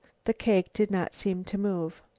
the cake did not seem to move.